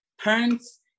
parents